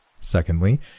Secondly